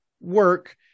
work